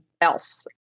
else